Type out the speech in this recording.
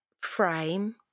frame